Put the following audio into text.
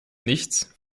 nichts